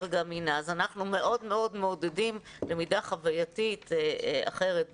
מאוד מאוד מעודדים למידה חווייתית אחרת בחוץ,